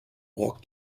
rock